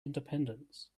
independence